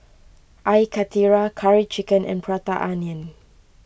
Air Karthira Curry Chicken and Prata Onion